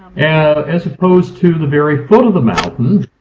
as opposed to the very foot of the mountains,